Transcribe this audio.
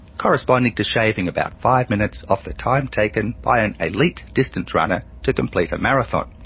corresponding to shaving about five minutes off the time taken by an elite distance runner to complete a marathon.